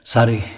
Sorry